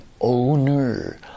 owner